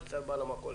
קפצת על בעל המכולת.